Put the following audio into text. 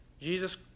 Jesus